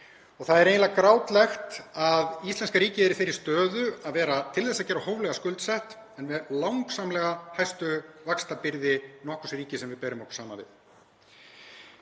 Það er eiginlega grátlegt að íslenska ríkið er í þeirri stöðu að vera til þess að gera hóflega skuldsett en með langsamlega hæstu vaxtabyrði nokkurs ríki sem við berum okkur saman við.